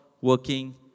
working